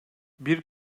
bir